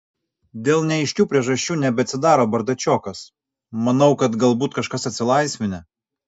dėl neaiškių priežasčių nebeatsidaro bardačiokas manau kad galbūt kažkas atsilaisvinę